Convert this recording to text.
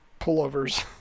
pullovers